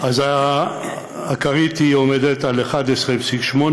אז הכרית עומדת על 11.8%,